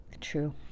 true